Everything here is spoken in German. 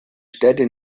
städte